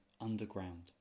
underground